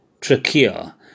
trachea